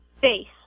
face